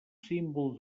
símbol